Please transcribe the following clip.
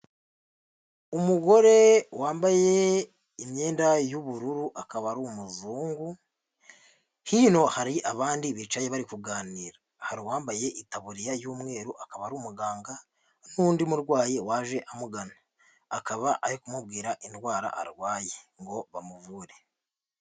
Umugore wambaye imyenda y'ubururu akaba ari umuzungu, hino hari abandi bicaye bari kuganira hari uwambaye itaburiya y'umweru akaba ari umuganga n'undi murwayi waje amugana akaba ari kumubwira indwara arwaye ngo bamuvure.